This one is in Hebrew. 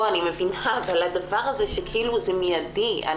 אני מבינה אבל הדבר הזה שזה מיידי,